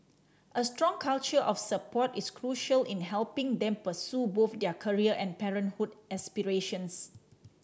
a strong culture of support is crucial in helping them pursue both their career and parenthood aspirations